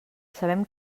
sabem